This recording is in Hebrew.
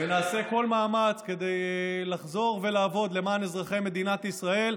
ונעשה כל מאמץ לחזור ולעבוד למען אזרחי מדינת ישראל.